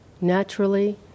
naturally